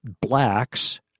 blacks